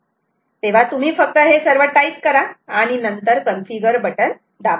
तेव्हा तुम्ही फक्त हे सर्व टाईप करा आणि नंतर कन्फिगर बटन दाबा